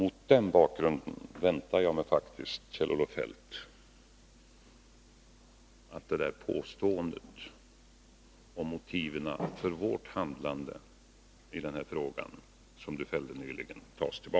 Mot den bakgrunden förväntar jag mig faktiskt att Kjell-Olof Feldt tar tillbaka påståendet om motiven för vårt handlande i den här frågan, som han nyss fällde.